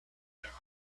their